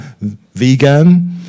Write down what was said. vegan